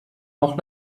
noch